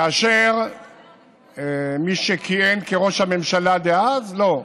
כאשר מי שכיהן כראש הממשלה דאז לא,